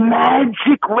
magic